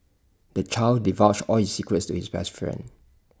the child divulged all his secrets to his best friend